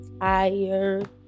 tired